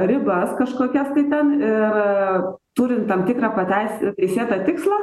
ribas kažkokias tai ten ir turint tam tikrą pateisi teisėtą tikslą